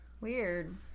Weird